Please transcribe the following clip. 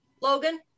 Logan